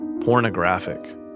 pornographic